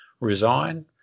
Resign